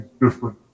different